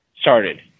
started